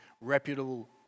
reputable